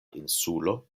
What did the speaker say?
insulo